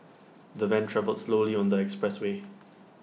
the van travelled slowly on the expressway